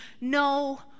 no